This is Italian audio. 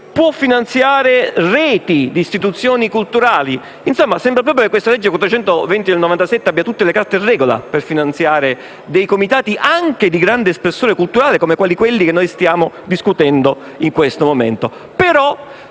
può finanziare reti di istituzioni culturali. Insomma, sembra proprio che questa legge abbia tutte le carte in regola per finanziare dei comitati, anche di grande spessore culturale come quelli di cui stiamo discutendo in questo momento.